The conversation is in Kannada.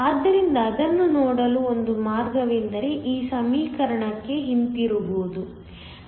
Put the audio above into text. ಆದ್ದರಿಂದ ಅದನ್ನು ನೋಡಲು ಒಂದು ಮಾರ್ಗವೆಂದರೆ ಈ ಸಮೀಕರಣಕ್ಕೆ ಹಿಂತಿರುಗುವುದು